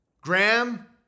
Graham